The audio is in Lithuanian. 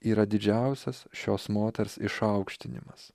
yra didžiausias šios moters išaukštinimas